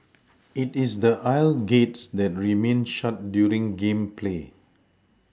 it is the aisle gates that remain shut during game play